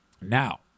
now